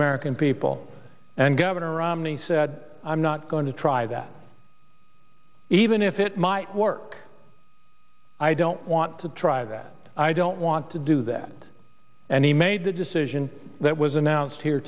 american people and governor romney said i'm not going to try that even if it might work i don't want to try that i don't want to do that and he made the decision that was announced here